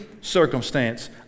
circumstance